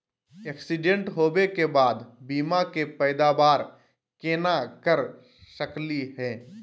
Accident होवे के बाद बीमा के पैदावार केना कर सकली हे?